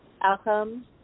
outcomes